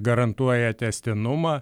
garantuoja tęstinumą